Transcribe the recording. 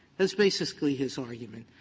that's basically his argument,